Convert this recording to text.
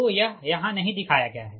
तो यह यहाँ नहीं दिखाया गया है